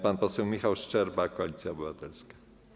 Pan poseł Michał Szczerba, Koalicja Obywatelska.